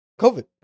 COVID